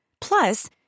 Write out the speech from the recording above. Plus